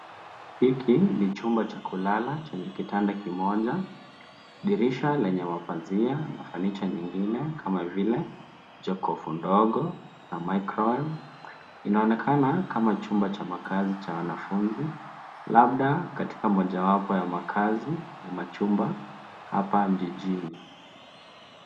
Hiki ni chumba cha kulala chenye kutanda kimoja, dirisha lenye mapazia na fanicha mengine kama vile jokofu ndogo na microwave . Inaonekana kama chumba cha makazi cha wanafunzi labda katika moja wapo wa makazi wa machumba hapa jijini.